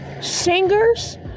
singers